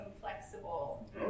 flexible